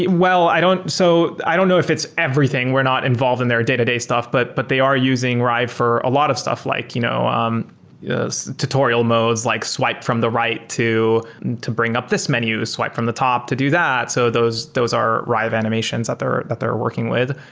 well, i don't so i don't know if it's everything. we're not involved in their day-to-day stuff, but but they are using rive for a lot of stuff, like you know um tutorial modes, like swipe from the right to to bring up this menu, swipe from the top to do that. so those those are rive animations that they're that they're working with.